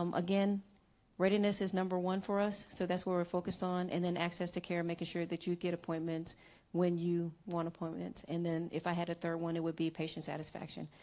um again readiness is number one for us so that's where we're focused on and then access to care making sure that you get appointments when you want appointments and then if i had a third one it would be a patient satisfaction.